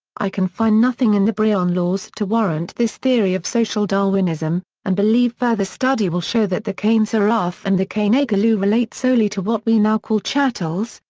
i can find nothing in the brehon laws to warrant this theory of social darwinism, and believe further study will show that the cain saerrath and the cain aigillue relate solely to what we now call chattels,